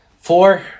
Four